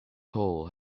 hole